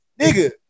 nigga